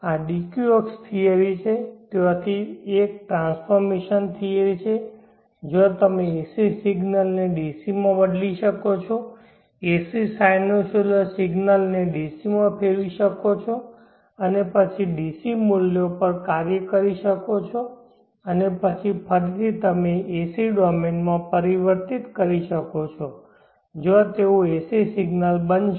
આ d q અક્ષ theory છે ત્યાંથી તે એક ટ્રાન્સફોર્મશન થિયરી છે જ્યાં તમે AC સિગ્નલ ને DC માં બદલી શકો છો AC સાઇનોસોઈડલ સિગ્નલો ને DC માં ફેરવી શકો છો અને પછી DC મૂલ્યો પર કાર્ય કરી શકો છો અને પછી ફરીથી તેને AC ડોમેનમાં પરિવર્તિત કરી શકો છો જ્યાં તેઓ AC સિગ્નલ બનશે